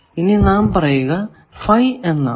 ഇനി നാം പറയുക എന്നാണ്